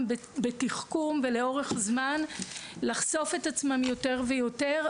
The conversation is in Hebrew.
בתחכום ולאורך זמן לחשוף את עצמם יותר ויותר,